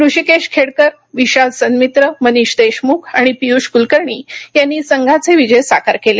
ऋषिकेश खेडकर विशाल सन्मित्र मनीष देशमुख आणि पियूष क्लकर्णी यांनी संघाचे विजय साकार केले